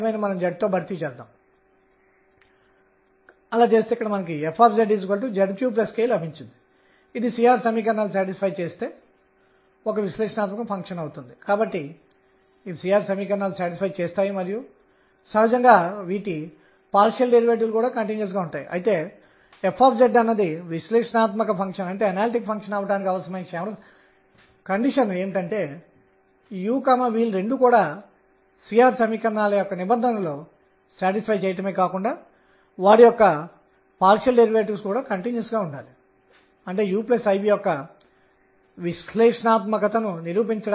మరియు మీరు తర్వాత మనము సమస్యలను పరిష్కరించడం ప్రారంభించినప్పుడు పూర్తి క్వాంటం మెకానిక్స్ ఉనికిలోకి వచ్చినప్పుడు ఈ ఆలోచనలు నిజమైన క్వాంటం మెకానిక్స్ కు ఎంత దగ్గరగా వచ్చాయని గమనించగలరు